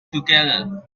together